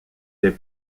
des